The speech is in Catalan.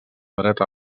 dreta